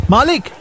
Malik